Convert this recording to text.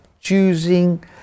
choosing